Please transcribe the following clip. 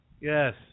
Yes